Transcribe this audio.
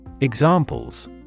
Examples